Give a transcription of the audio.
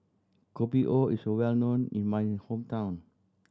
Kopi O is well known in my hometown